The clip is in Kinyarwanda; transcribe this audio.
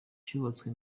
cyubatswe